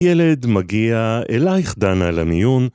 ילד מגיע אלייך דנה למיון